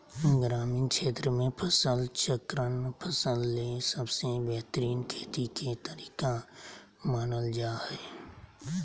ग्रामीण क्षेत्र मे फसल चक्रण फसल ले सबसे बेहतरीन खेती के तरीका मानल जा हय